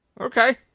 Okay